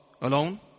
alone